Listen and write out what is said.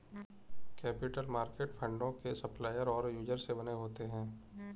capital market फंडों के supplier और यूजर से बने होते हैं